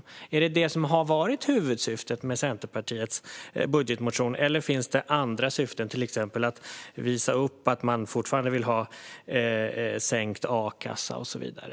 Har det varit huvudsyftet med Centerpartiets budgetmotion, eller finns det andra syften, till exempel att visa upp att man fortfarande vill ha sänkt a-kassa och så vidare?